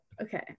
Okay